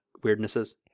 weirdnesses